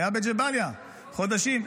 הוא היה בג'באליה חודשים.